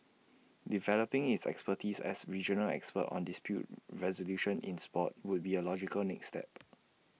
developing its expertise as regional expert on dispute resolution in Sport would be A logical next step